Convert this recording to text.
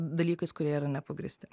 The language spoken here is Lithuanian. dalykais kurie yra nepagrįsti